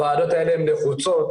הוועדות האלה הן נחוצות,